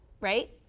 right